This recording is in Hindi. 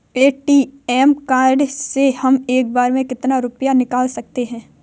ए.टी.एम कार्ड से हम एक बार में कितना रुपया निकाल सकते हैं?